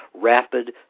rapid